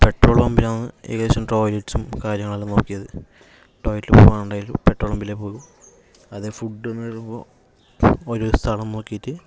petrol പമ്പിലാണ് ഏകദേശം ടോയിലറ്റ്സും കാര്യങ്ങളെല്ലാം നോക്കിയത് ടോയ്ലറ്റിൽ പോകാൻ ഉണ്ടെങ്കിലും പെട്രോൾ പമ്പിലെ പോകൂ അതേ ഫുഡ് എന്ന് പറയുമ്പോൾ ഒരു സ്ഥലം നോക്കിയിട്ട്